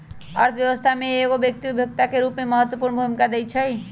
अर्थव्यवस्था में एगो व्यक्ति उपभोक्ता के रूप में महत्वपूर्ण भूमिका दैइ छइ